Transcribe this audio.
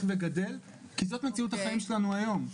וגדל כי זאת מציאות החיים שלנו היום.